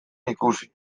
ikusi